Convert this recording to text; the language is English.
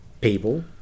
people